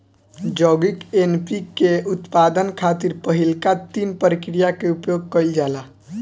यौगिक एन.पी.के के उत्पादन खातिर पहिलका तीन प्रक्रिया के उपयोग कईल जाला